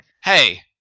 Hey